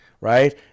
Right